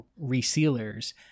resealers